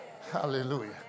Hallelujah